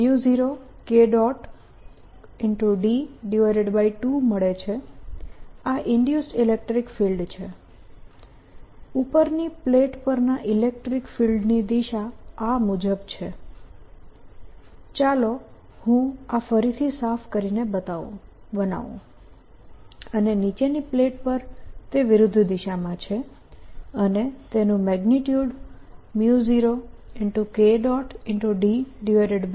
આ induced electric field છે ઉપરની પ્લેટ પરના ઇલેક્ટ્રીક ફિલ્ડની દિશા આ મુજબ છે ચાલો હું આ ફરીથી સાફ કરીને બનાવું અને નીચેની પ્લેટ પર તે વિરુદ્ધ દિશામાં છે અને તેનું મેગ્નીટ્યુડ 0 K d2 છે